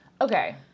Okay